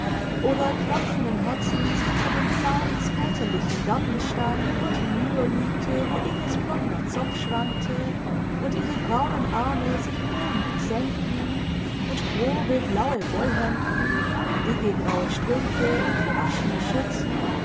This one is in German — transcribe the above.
oder klopfenden herzens hinter dem zaun des väterlichen gartens stand und hinüberlugte wo inges blonder zopf schwankte und ihre braunen arme sich hoben und senkten und grobe blaue wollhemden dicke graue strümpfe und verwaschene schürzen